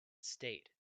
state